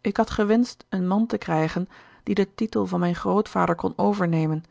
ik had gewenscht een man te krijgen die den titel van mijn grootvader kon overnemen